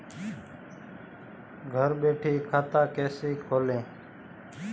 घर बैठे खाता कैसे खोलें?